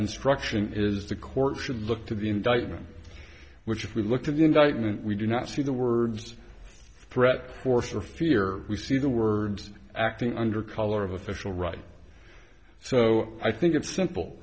instruction is the court should look to the indictment which if we look at the indictment we do not see the words threat force or fear we see the words acting under color of official right so i think it's simple